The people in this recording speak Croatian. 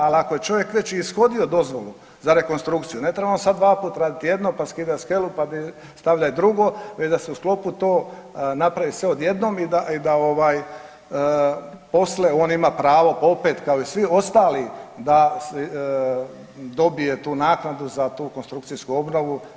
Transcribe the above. Ali ako je čovjek već i ishodio dozvolu za rekonstrukciju, ne trebamo sad dvaput raditi jedno, pa skidati skelu, pa stavljaj drugo već da se u sklopu to napravi sve odjednom i da poslije on ima pravo opet kao i svi ostali da dobije tu naknadu za tu konstrukcijsku obnovu.